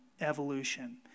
evolution